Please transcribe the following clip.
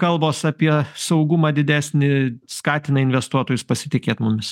kalbos apie saugumą didesnį skatina investuotojus pasitikėt mumis